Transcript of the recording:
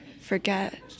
forget